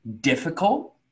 difficult